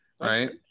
right